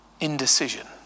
indecision